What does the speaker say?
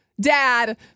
Dad